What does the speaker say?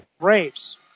Braves